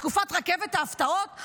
בתקופת "רכבת ההפתעות"?